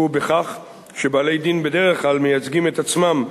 בכך שבעלי-דין בדרך כלל מייצגים את עצמם,